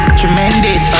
tremendous